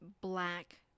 black